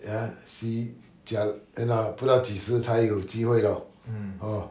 ya see you know 不知道到几时才有机会 lor hor